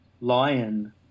lion